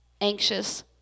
anxious